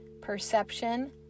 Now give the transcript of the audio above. perception